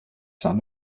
son